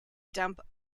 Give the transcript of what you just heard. dump